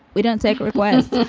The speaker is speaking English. we don't take requests,